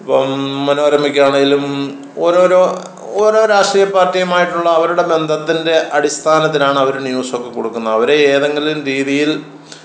ഇപ്പം മനോരമക്കാണെങ്കിലും ഓരോരോ ഓരോ രാഷ്ട്രീയ പാർട്ടിയുമായിട്ടുള്ള അവരുടെ ബന്ധത്തിൻ്റെ അടിസ്ഥാനത്തിലാണവർ ന്യൂസൊക്കെ കൊടുക്കുന്നത് അവരെ ഏതെങ്കിലും രീതിയിൽ